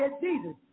Jesus